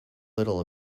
little